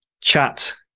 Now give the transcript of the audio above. chat